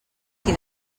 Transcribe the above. qui